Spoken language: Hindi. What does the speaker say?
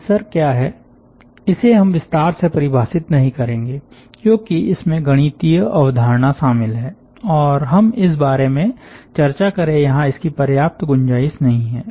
टेंसर क्या है इसे हम विस्तार से परिभाषित नहीं करेंगे क्योंकि इसमें गणितीय अवधारणा शामिल है और हम इस बारे में चर्चा करें यहां इसकी पर्याप्त गुंजाइश नहीं है